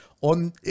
on